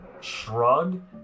shrug